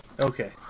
Okay